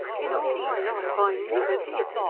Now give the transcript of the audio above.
in all my life i never did!